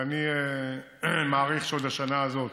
ואני מעריך שעוד השנה הזאת